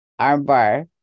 Armbar